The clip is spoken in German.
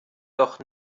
doch